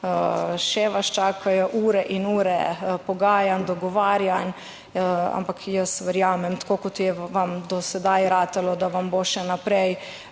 še vas čakajo ure in ure pogajanj, dogovarjanj, ampak jaz verjamem, tako kot je vam do sedaj ratalo, da vam bo še naprej